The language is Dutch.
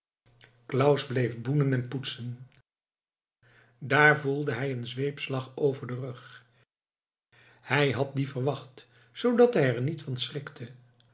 claus bleef boenen en poetsen daar voelde hij een zweepslag over den rug hij had dien verwacht zoodat hij er niet van schrikte